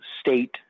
state